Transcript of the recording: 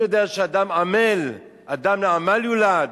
אני יודע שאדם עמל, אדם לעמל נולד.